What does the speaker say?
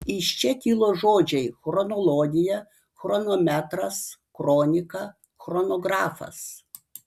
iš čia kilo žodžiai chronologija chronometras kronika chronografas